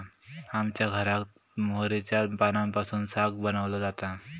आमच्या घराक मोहरीच्या पानांपासून साग बनवलो जाता